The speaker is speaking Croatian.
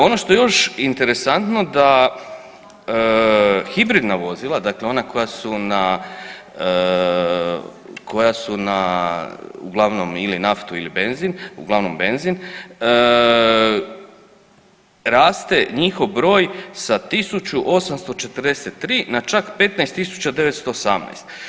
Ono što je još interesantno da hibridna vozila, dakle ona koja su na uglavnom ili naftu ili benzin, uglavnom benzin raste njihov broj sa 1.843 na čak 15.918.